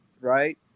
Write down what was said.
right